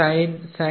तथा